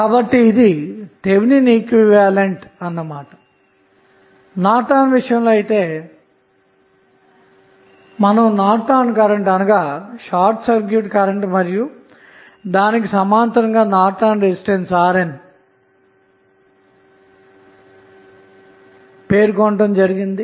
కాబట్టి ఇది Thevenin equivalent అన్నమాట నార్టన్ విషయంలో అయితే మీకు నార్టన్ కరెంట్ అనగా షార్ట్ సర్క్యూట్ కరెంట్ మరియు దానికి సమాంతరంగా నార్టన్ రెసిస్టెన్స్ RN కలిగి ఉంటుంది